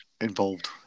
involved